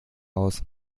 aus